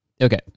Okay